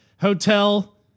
hotel